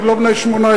עוד לא בני 18,